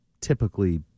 typically